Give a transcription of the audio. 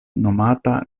nomata